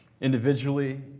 individually